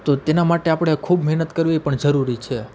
તો તેના માટે આપણે ખૂબ મહેનત કરવી પણ જરૂરી છે